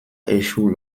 échoue